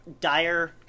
dire